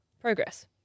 progress